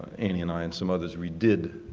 annie and i and some others, we did,